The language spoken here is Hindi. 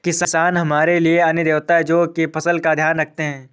किसान हमारे लिए अन्न देवता है, जो की फसल का ध्यान रखते है